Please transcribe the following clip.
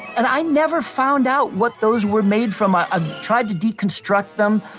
and i never found out what those were made from. i ah tried to deconstruct them,